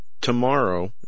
Tomorrow